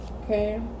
Okay